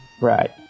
Right